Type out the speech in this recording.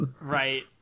Right